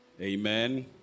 Amen